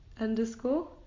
underscore